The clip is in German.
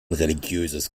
religiöses